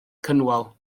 cynwal